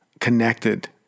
connected